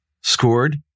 Scored